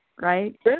right